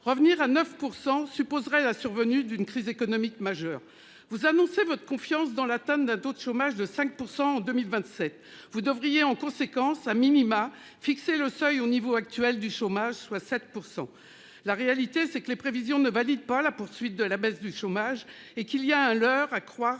revenir à 9% supposerait la survenue d'une crise économique majeure, vous annoncez votre confiance dans l'attente d'un taux de chômage de 5% en 2027. Vous devriez en conséquence a minima fixé le seuil au niveau actuel du chômage, soit 7%. La réalité c'est que les prévisions ne valide pas la poursuite de la baisse du chômage et qu'il y a à l'heure à croire,